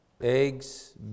eggs